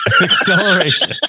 acceleration